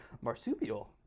marsupial